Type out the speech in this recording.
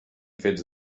fets